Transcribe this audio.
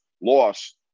loss